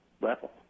level